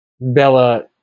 Bella